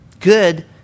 good